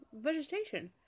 vegetation